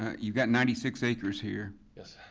you've got ninety six acres here. yes.